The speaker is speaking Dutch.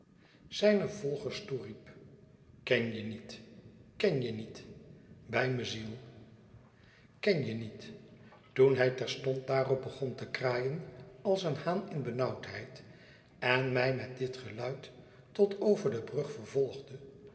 zijne volgers toeriep ken je niet ken je niet bij me ziel ken je niet toen hij terstond daarop begon te kraaien als een haan in benauwdheid en mij met dit geluid tot over de brug vervolgde